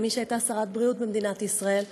כמי שהייתה שרת הבריאות במדינת ישראל,